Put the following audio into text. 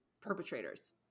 perpetrators